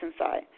inside